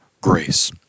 grace